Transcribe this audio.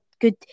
good